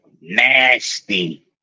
Nasty